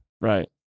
Right